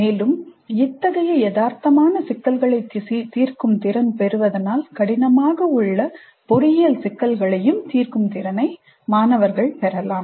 மேலும் இத்தகைய யதார்த்தமான சிக்கல்களைத் தீர்க்கும் திறன் பெறுவதனால் கடினமாக உள்ள பொறியியல் சிக்கல்களையும் தீர்க்கும் திறனை பெறலாம்